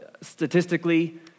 Statistically